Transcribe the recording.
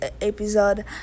episode